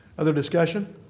other discussion?